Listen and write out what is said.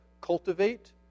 cultivate